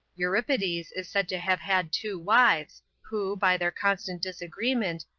euripides is is said to have had two wives, who, by their constant disagreement,